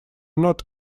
not